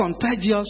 contagious